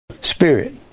Spirit